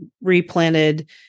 replanted